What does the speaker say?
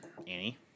Annie